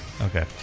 Okay